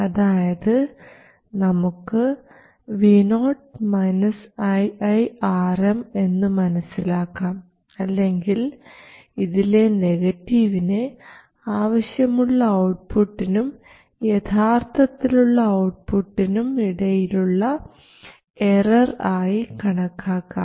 അതായത് നമുക്ക് vo iiRm എന്നു മനസ്സിലാക്കാം അല്ലെങ്കിൽ ഇതിലെ നെഗറ്റീവിനെ ആവശ്യമുള്ള ഔട്ട്പുട്ടിനും യഥാർത്ഥത്തിലുള്ള ഔട്ട്പുട്ടിനും ഇടയിലുള്ള എറർ ആയി കണക്കാക്കാം